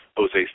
Jose